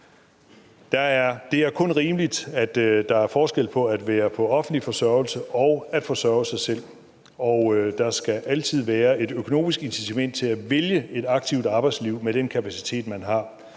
Det er kun rimeligt, at der er forskel på at være på offentlig forsørgelse og at forsørge sig selv, og der skal altid være et økonomisk incitament til at vælge et aktivt arbejdsliv med den kapacitet, man har.